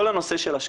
כל הנושא של השקעות,